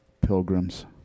Pilgrims